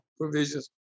provisions